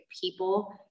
people